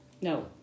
No